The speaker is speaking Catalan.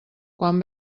quan